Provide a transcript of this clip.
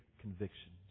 convictions